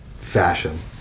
fashion